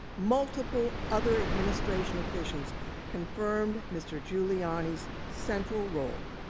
multiple other administration officials confirmed mr. giuliani's central role.